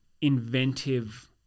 inventive